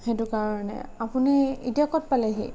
সেইটো কাৰণে আপুনি এতিয়া ক'ত পালেহি